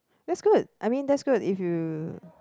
that's good I mean that's good if you